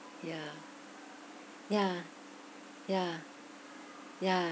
ya ya ya ya